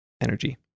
energy